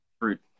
fruit